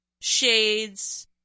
shades